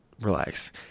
Relax